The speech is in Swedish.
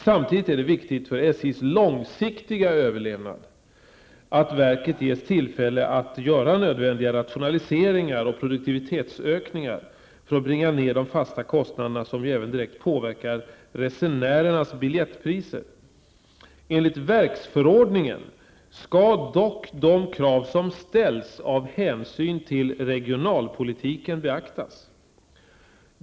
Samtidigt är det viktigt för SJs långsiktiga överlevnad att verket ges tillfälle att göra nödvändiga rationaliseringar och produktivitetsökningar för att bringa ned de fasta kostnaderna, som ju även direkt påverkar resenärernas biljettpriser. Enligt verksförordningen skall dock de krav som ställs av hänsyn till regionalpolitiken beaktas.